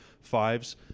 fives